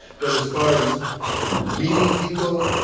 but as far as meeting people,